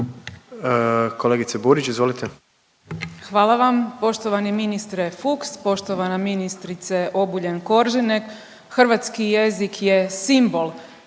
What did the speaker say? Hvala vam. Poštovani ministre Fuchs, poštovana ministrice Obuljen-Koržinek. Hrvatski jezik je simbol